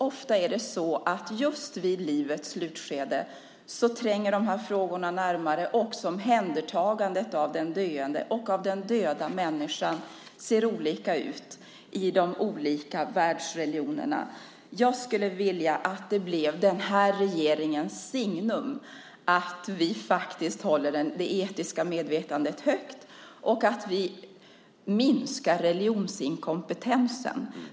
Ofta är det så att just vid livets slutskede tränger dessa frågor närmare. Också omhändertagandet av den döende och den döda människan ser olika ut i de olika världsreligionerna. Jag skulle vilja att det blev denna regerings signum att vi håller det etiska medvetandet högt och att vi minskar religionsinkompetensen.